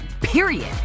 period